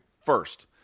First